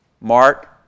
Mark